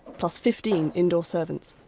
plus fifteen indoor servants.